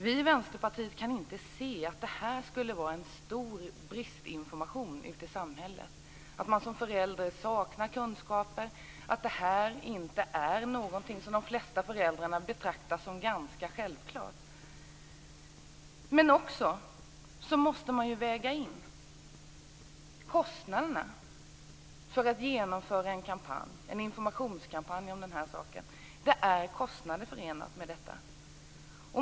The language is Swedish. Vi i Vänsterpartiet kan inte se att det skulle vara en stor brist i information ute i samhället, att föräldrar saknar kunskaper och att det här inte är någonting som de flesta föräldrar betraktar som ganska självklart. Man måste också väga in kostnaderna för att genomföra en informationskampanj om den här saken. Det är kostnader förenade med detta.